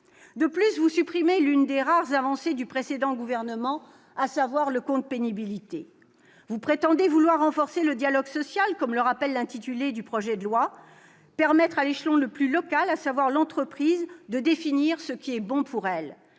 De plus, vous supprimez l'une des rares avancées à mettre au crédit du précédent gouvernement, à savoir le compte de prévention de la pénibilité. Vous prétendez vouloir renforcer le dialogue social, comme l'indique l'intitulé du projet de loi, permettre à l'échelon le plus local, à savoir l'entreprise, de définir ce qui est bon pour lui,